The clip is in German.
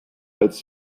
als